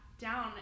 down